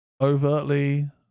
overtly